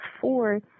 four